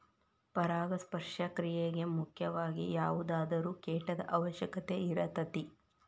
ಪರಾಗಸ್ಪರ್ಶ ಕ್ರಿಯೆಗೆ ಮುಖ್ಯವಾಗಿ ಯಾವುದಾದರು ಕೇಟದ ಅವಶ್ಯಕತೆ ಇರತತಿ